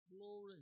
Glory